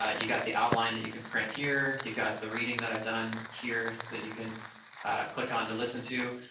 ah you got the outline that you can print here. you've got the reading that i've done here that you can click on to listen to,